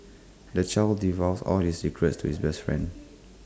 the child divulged all his secrets to his best friend